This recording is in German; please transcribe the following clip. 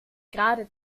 gerade